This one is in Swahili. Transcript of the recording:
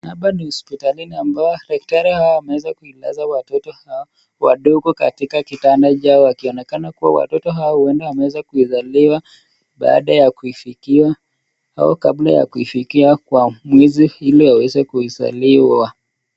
Hapa ni hospitalini ambao daktari hao wameweza kuwalaza watoto hao wadogo katika kitanda chao wakiwa wanaonekana watoto hao huwenda wameweza kuzaliwa baada ya kuifikiwa au kabla ya kufikiwa kwa mwezi ili waweze kuizaliwa.